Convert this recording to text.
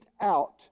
out